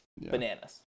bananas